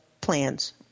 plans